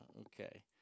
Okay